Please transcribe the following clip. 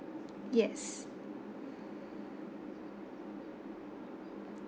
yes